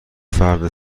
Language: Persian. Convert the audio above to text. فرد